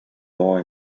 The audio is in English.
more